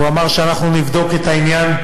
והוא אמר שאנחנו נבדוק את העניין.